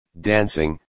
dancing